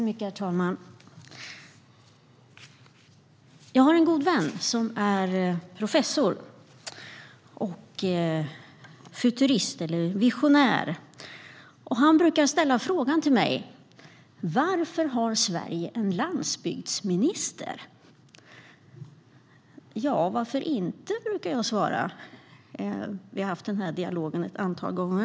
Herr talman! Jag har en god vän som är professor och futurist eller kanske visionär. Han brukar fråga mig: Varför har Sverige en landsbygdsminister? Varför inte? brukar jag svara. Vi har haft den här dialogen ett antal gången.